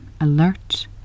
alert